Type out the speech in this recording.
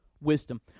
wisdom